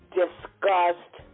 discussed